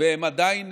והן עדיין